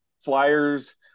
flyers